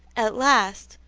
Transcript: at last,